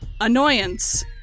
annoyance